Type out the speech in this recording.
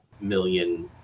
million